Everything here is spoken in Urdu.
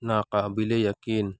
ناقابل یقین